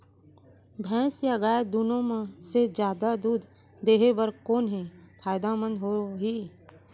भैंस या गाय दुनो म से जादा दूध देहे बर कोन ह फायदामंद होही?